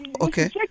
okay